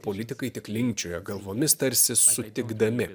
politikai tik linkčioja galvomis tarsi sutikdami